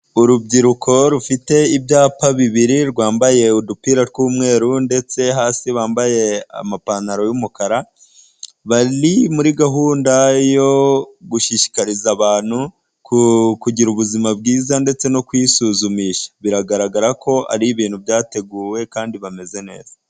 Urubyiruko rufite ibyapa bibiri rwambaye udupira tw'umweru ndetse hasi bambaye amapantaro y'umukara, bari muri gahunda yo gushishikariza abantu kugira ubuzima bwiza ndetse no kwisuzumisha. Biragaragara ko ari ibintu byateguwe kandi bameze neza.